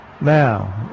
now